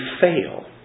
fail